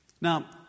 Now